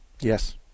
Yes